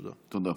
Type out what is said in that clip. תודה.